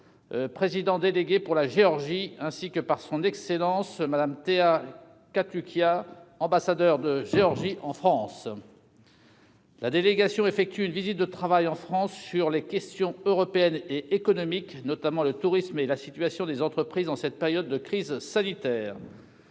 président délégué pour la Géorgie, ainsi que par son excellence Mme Tea Katukia, ambassadeur de Géorgie en France. La délégation effectue une visite de travail en France sur les questions européennes et économiques, notamment le tourisme et la situation des entreprises en cette période de crise sanitaire.